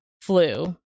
flu